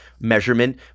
measurement